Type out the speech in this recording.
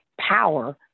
power